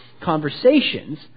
conversations